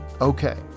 Okay